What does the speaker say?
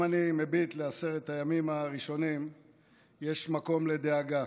אם אני מביט על עשרת הימים הראשונים יש מקום לדאגה,